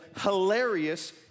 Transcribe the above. hilarious